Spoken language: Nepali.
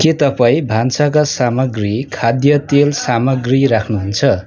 के तपाईँ भान्साका सामग्री खाद्य तेल सामग्री राख्नुहुन्छ